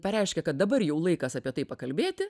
pareiškia kad dabar jau laikas apie tai pakalbėti